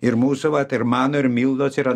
ir mūsų vat ir mano ir mildos yra